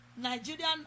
nigerian